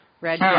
red